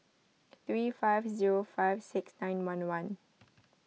three five zero five six nine one one